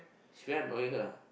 don't like her ah